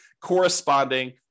corresponding